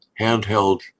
handheld